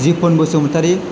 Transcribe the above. Jiukhan Basumatary